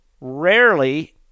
rarely